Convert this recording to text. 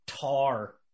Tar